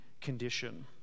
condition